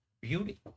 beauty